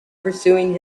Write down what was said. pursuing